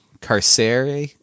Carcere